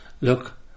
look